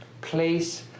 place